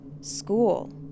school